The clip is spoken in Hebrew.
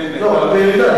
לא, רק בירידה.